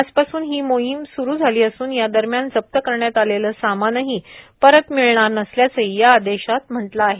आजपासून ही मोहीम स्रू झाली असून या दरम्यान जप्त करण्यात आलेलं सामानही परत मिळणार नसल्याचेही या आदेशात म्हटलं आहे